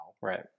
Right